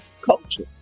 culture